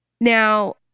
now